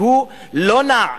שהוא לא נע,